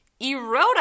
Eroda